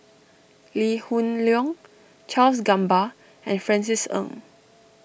Lee Hoon Leong Charles Gamba and Francis Ng